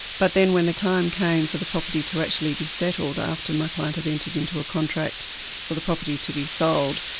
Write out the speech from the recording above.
but then when the time came for the property to actually be settled after my client had entered into a contract for the property to be sold,